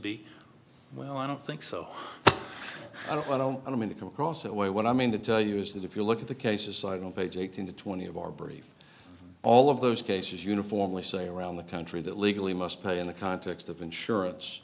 be well i don't think so i don't want to i don't mean to come across that way what i mean to tell you is that if you look at the cases cited on page eighteen to twenty of our brief all of those cases uniformly say around the country that legally must play in the context of insurance